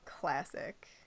classic